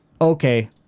okay